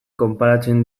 konparatzen